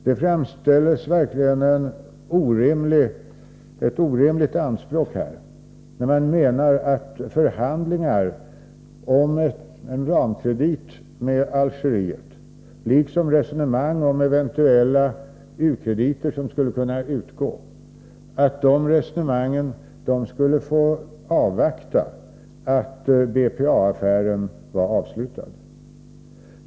Man ställer verkligen orimliga krav när man menar att förhandlingarna om en ramkredit med Algeriet liksom resonemangen om u-krediter som skulle kunna utgå borde ha fått vänta i avvaktan på att BPA-affären hade avslutats.